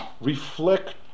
reflect